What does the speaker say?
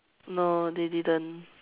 no they didn't